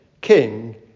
king